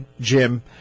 Jim